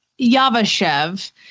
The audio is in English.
Yavashev